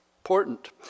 important